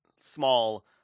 small